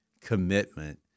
commitment